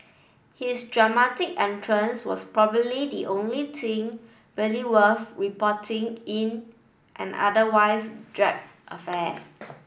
his dramatic entrance was probably the only thing really worth reporting in an otherwise drab affair